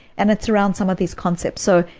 and it's around some of these concepts. so,